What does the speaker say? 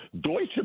Deutsche